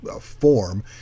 form